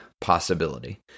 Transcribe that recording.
possibility